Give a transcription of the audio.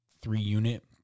three-unit